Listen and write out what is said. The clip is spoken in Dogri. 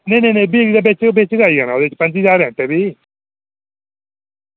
बिजली दा ओह् बिच गै आई जाना पंजी ज्हार रेंट ऐ भी